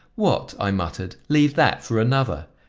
what! i muttered, leave that for another!